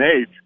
age